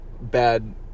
bad